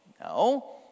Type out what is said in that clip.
No